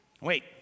Wait